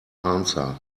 answer